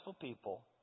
people